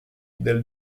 del